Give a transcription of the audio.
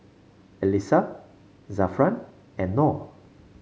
Alyssa Zafran and Noh